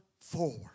forward